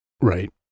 right